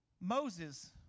Moses